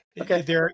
Okay